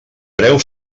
preu